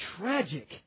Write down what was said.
tragic